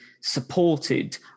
supported